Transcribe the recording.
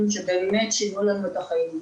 שבאמת שינו לנו את החיים.